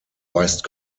weist